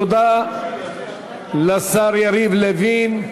תודה לשר יריב לוין.